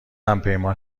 همپیمان